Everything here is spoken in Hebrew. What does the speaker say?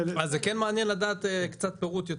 מעניין לדעת קצת יותר פירוט,